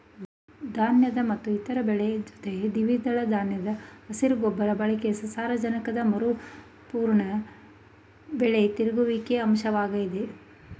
ಧಾನ್ಯ ಮತ್ತು ಇತರ ಬೆಳೆ ಜೊತೆ ದ್ವಿದಳ ಧಾನ್ಯ ಮತ್ತು ಹಸಿರು ಗೊಬ್ಬರ ಬಳಕೆ ಸಾರಜನಕದ ಮರುಪೂರಣ ಬೆಳೆ ತಿರುಗುವಿಕೆಯ ಅಂಶವಾಗಿದೆ